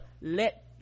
let